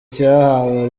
cyahawe